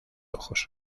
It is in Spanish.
ojos